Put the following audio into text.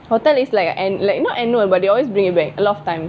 hotel is like a an~ like not annual but they always bring it back a lot of times